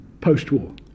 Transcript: post-war